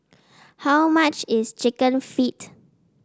how much is chicken feet